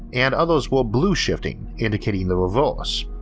and others were blue-shifting, indicating the reverse.